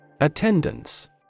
Attendance